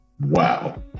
wow